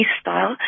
style